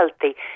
healthy